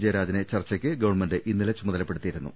ജയരാജനെ ചർച്ചയ്ക്ക് ഗവൺമെന്റ് ഇന്നലെ ചുമതലപ്പെടുത്തിയിരുന്നു